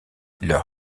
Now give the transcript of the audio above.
leur